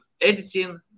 editing